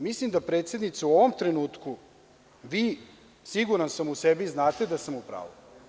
Mislim da, predsednice, u ovom trenutku, vi, siguran sam, u sebi znate da sam u pravu.